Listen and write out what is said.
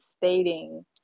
stating